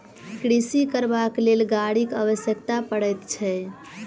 कृषि करबाक लेल गाड़ीक आवश्यकता पड़ैत छै